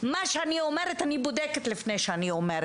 אני בודקת את מה שאני אומרת לפני שאני אומרת,